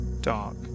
dark